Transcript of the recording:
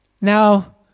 Now